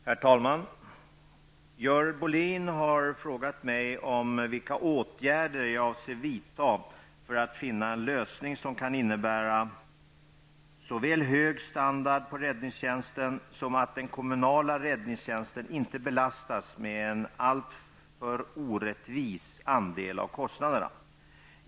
Herr talman! Görel Bohlin har frågat mig om vilka åtgärder jag avser vidta för att finna en lösning som kan innebära såväl hög standard på räddningstjänsten som att den kommunala räddningstjänsten inte belastas med en alltför orättvis andel av kostnaderna.